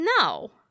No